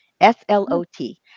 S-L-O-T